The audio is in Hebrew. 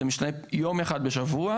זה משתנה יום אחד בשבוע,